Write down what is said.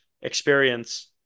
experience